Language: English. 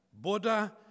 Buddha